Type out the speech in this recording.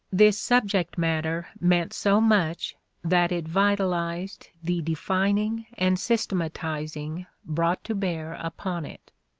this subject matter meant so much that it vitalized the defining and systematizing brought to bear upon it.